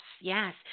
yes